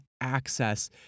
access